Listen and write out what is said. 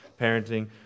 parenting